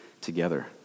together